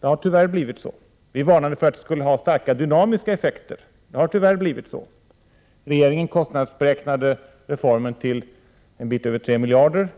Det har tyvärr blivit så. Vi varnade för att den skulle ha starka dynamiska effekter. Det har tyvärr blivit så. Regeringen kostnadsberäknade reformen till en bit över tre miljarder.